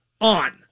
on